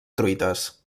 truites